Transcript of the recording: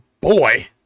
boy